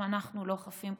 גם אנחנו לא חפים פה.